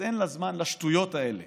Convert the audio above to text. אז אין לה זמן לשטויות האלה